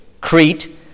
Crete